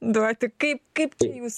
duoti kaip kaip jūs